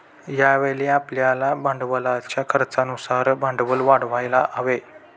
यावेळी आपल्याला भांडवलाच्या खर्चानुसार भांडवल वाढवायला हवे